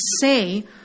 say